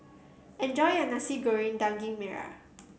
enjoy your Nasi Goreng Daging Merah